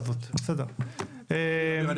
אם כבר, רק ראש עיר.